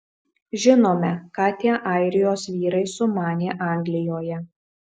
žinome ką tie airijos vyrai sumanė anglijoje